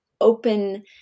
open